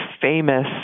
famous